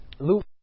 Luke